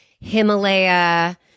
Himalaya